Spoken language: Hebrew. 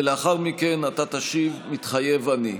ולאחר מכן אתה תשיב: "מתחייב אני".